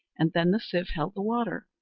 and then the sieve held the water,